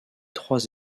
trois